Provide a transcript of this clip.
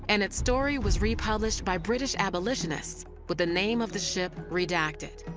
and its story was republished by british abolitionists with the name of the ship redacted,